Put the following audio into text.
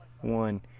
One